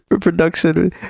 production